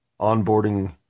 onboarding